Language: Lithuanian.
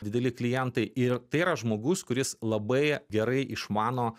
dideli klientai ir tai yra žmogus kuris labai gerai išmano